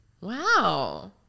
Wow